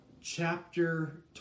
chapter